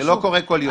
זה לא קורה כל יום.